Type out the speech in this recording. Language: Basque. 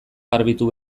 garbitu